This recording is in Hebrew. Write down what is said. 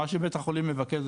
מה שבית החולים מבקש,